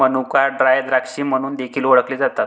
मनुका ड्राय द्राक्षे म्हणून देखील ओळखले जातात